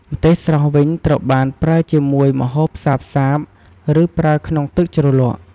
ម្ទេសស្រស់វិញត្រូវបានប្រើជាមួយម្ហូបសាបៗ ឬប្រើក្នុងទឹកជ្រលក់។